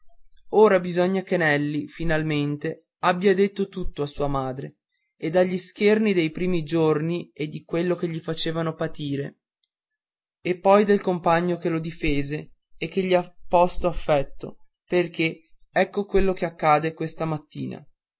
ora bisogna che nelli finalmente abbia detto tutto a sua madre e degli scherni dei primi giorni e di quello che gli facevan patire e poi del compagno che lo difese e che gli ha posto affetto perché ecco quello che accadde questa mattina